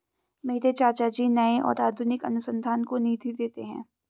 मेरे चाचा जी नए और आधुनिक अनुसंधान को निधि देते हैं